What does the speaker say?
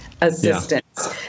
assistance